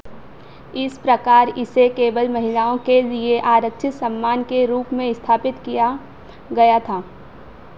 इस प्रकार इसे केवल महिलाओं के लिए आरक्षित सम्मान के रूप में स्थापित किया गया था